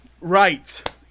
Right